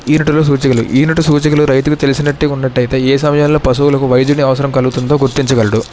ఈనుటకు సూచికలు ఈనుట సూచికలు రైతుకి తెలిసినట్టుగా ఉన్నట్లైతే ఏ సమయాల్లో పశువులకు వైద్యుని అవసరం కలుగుతుందో గుర్తించగలడు